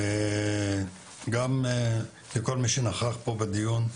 תודה לכל מי שנכח פה בדיון.